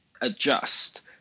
adjust